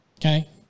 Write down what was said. Okay